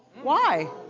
why?